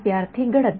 विद्यार्थी गडद